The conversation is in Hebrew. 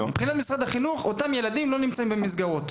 מבחינת משרד החינוך אותם ילדים לא נמצאים במסגרות.